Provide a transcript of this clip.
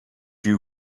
you